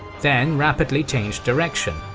then rapidly changed direction,